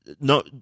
no